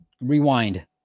rewind